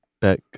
back